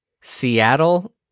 Seattle